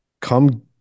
come